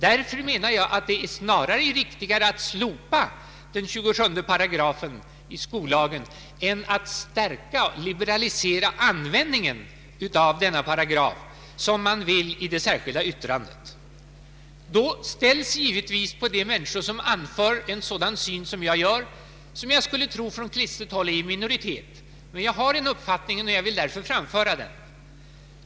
Därför anser jag att det snarare är riktigt att slopa 27 § i skollagen än att liberalisera tillämpningen av denna paragraf, som man vill i det särskilda yttrandet. De människor som hävdar en sådan syn som jag har är troligen på kristet håll i minoritet, men jag har min uppfattning och vill framföra den.